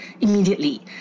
immediately